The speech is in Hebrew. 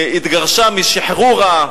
התגרשה מ"שחרורה",